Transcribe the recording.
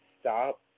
stop